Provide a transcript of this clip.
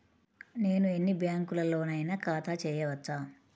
నేను ఎన్ని బ్యాంకులలోనైనా ఖాతా చేయవచ్చా?